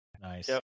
Nice